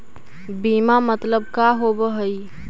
बीमा मतलब का होव हइ?